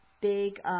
big